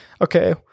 okay